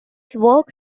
saw